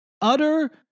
utter